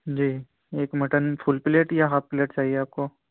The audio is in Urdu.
جی ایک مٹن فل پلیٹ یا ہاف پلیٹ چاہیے آپ کو